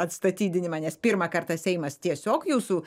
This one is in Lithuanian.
atstatydinimą nes pirmą kartą seimas tiesiog jūsų